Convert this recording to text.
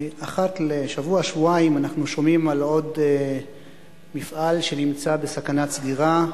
אחת לשבוע-שבועיים אנחנו שומעים על עוד מפעל שנמצא בסכנת סגירה,